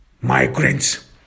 migrants